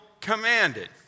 commanded